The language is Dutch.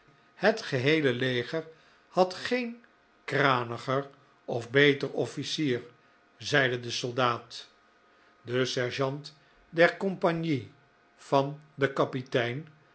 het geheele leger had geen kraniger of beter officier zeide de soldaat de sergeant der compagnie van den kapitein